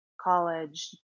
college